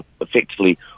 effectively